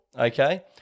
okay